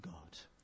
God